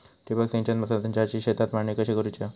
ठिबक सिंचन संचाची शेतात मांडणी कशी करुची हा?